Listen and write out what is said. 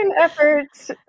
efforts